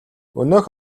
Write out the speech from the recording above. өнөөх